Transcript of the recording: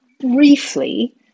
briefly